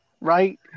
Right